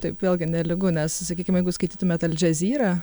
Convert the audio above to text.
taip vėlgi nelygu nes sakykim jeigu skaitytumėt aldžezyrą